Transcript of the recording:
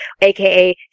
AKA